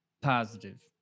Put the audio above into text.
positive